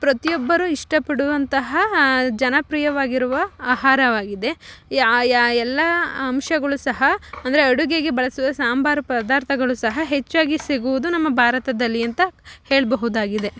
ಪ್ರತಿಯೊಬ್ಬರೂ ಇಷ್ಟಪಡುವಂತಹ ಜನಪ್ರಿಯವಾಗಿರುವ ಆಹಾರವಾಗಿದೆ ಯಾ ಎಲ್ಲ ಅಂಶಗಳು ಸಹ ಅಂದರೆ ಅಡುಗೆಗೆ ಬಳಸುವ ಸಾಂಬಾರು ಪದಾರ್ಥಗಳು ಸಹ ಹೆಚ್ಚಾಗಿ ಸಿಗುವುದು ನಮ್ಮ ಭಾರತದಲ್ಲಿ ಅಂತ ಹೇಳಬಹುದಾಗಿದೆ